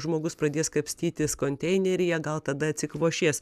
žmogus pradės kapstytis konteineryje gal tada atsikvošės